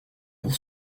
pour